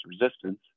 resistance